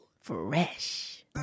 Fresh